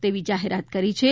તેવી જાહેરાત કરી છે